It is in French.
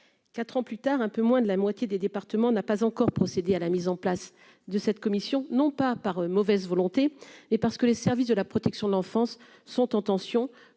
4 ans plus tard, un peu moins de la moitié des départements n'a pas encore procédé à la mise en place de cette commission, non pas par mauvaise volonté et parce que les services de la protection de l'enfance sont en tension,